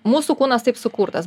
mūsų kūnas taip sukurtas